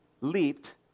leaped